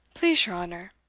please your honour,